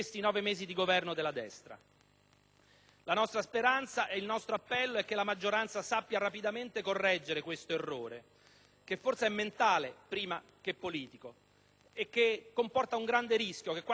La nostra speranza e il nostro appello è che la maggioranza sappia rapidamente correggere questo errore, che forse è mentale prima che politico, e che comporta un grande rischio, cioè che quando la crisi sarà finita